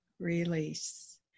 Release